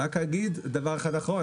רק להגיד דבר אחד אחרון,